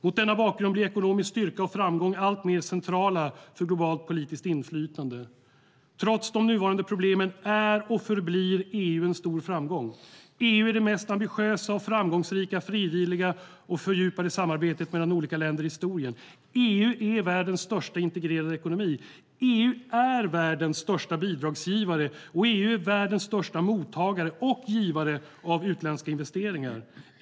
Mot denna bakgrund blir ekonomisk styrka och framgång alltmer centralt för globalt politiskt inflytande. Trots de nuvarande problemen är och förblir EU en stor framgång. EU är det mest ambitiösa och framgångsrika frivilliga och fördjupade samarbetet mellan olika länder i historien. EU är världens största integrerade ekonomi. EU är världens största bidragsgivare, och EU är världens största mottagare och givare av utländska investeringar.